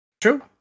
True